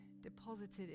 deposited